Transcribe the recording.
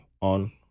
on